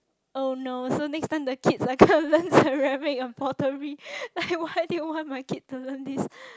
oh no so next time the kids like come and learn ceramic and pottery like why do you want my kid to learn this